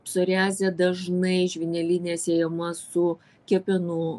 psoriazė dažnai žvynelinė siejama su kepenų